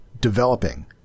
developing